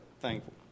thankful